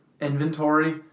inventory